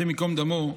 השם ייקום דמו,